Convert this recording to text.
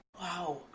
Wow